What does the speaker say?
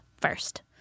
first